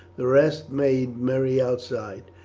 the rest made merry outside.